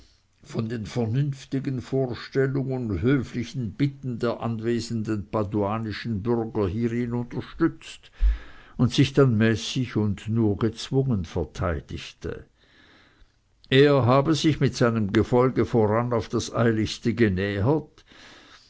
von den vernünftigen vorstellungen und höflichen bitten der anwesenden paduanischen bürger hierin unterstützt und sich dann mäßig und nur gezwungen verteidigte er habe sich seinem gefolge voran aufs eiligste genähert